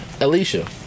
Alicia